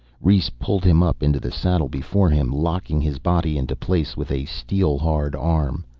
rhes pulled him up into the saddle before him, locking his body into place with a steel-hard arm.